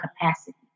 capacity